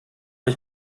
ich